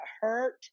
hurt